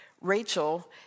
Rachel